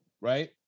right